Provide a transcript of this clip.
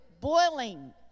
boiling